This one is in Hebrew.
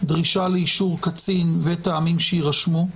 דרישה לאישור קצין וטעמים שיירשמו.